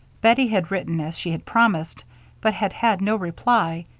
bettie had written as she had promised but had had no reply,